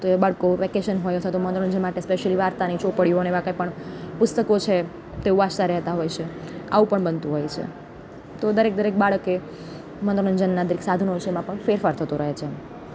તો એ બાળકો વેકેશન હોય અથવા તો મનોરંજ માટે સ્પેશ્યલી વાર્તાની ચોપડીઓ અને એવા કંઇ પણ પુસ્તકો છે તેવું વાંચતાં રહેતાં હોય છે આવું પણ બનતું હોય છે તો દરેક દરેક બાળકે મનોનંજનનાં દરેક સાધનો છે એમાં પણ ફેરફાર થતો રહે છે